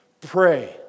Pray